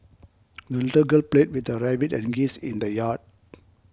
the little girl played with her rabbit and geese in the yard